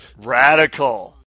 Radical